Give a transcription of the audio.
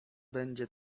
będzie